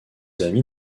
amis